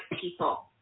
people